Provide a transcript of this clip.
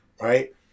right